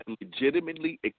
legitimately